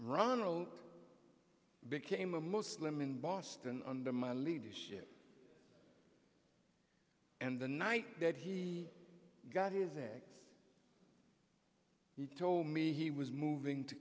ald became a muslim in boston under my leadership and the night that he got his there he told me he was moving to